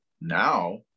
now